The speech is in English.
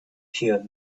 pure